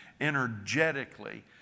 energetically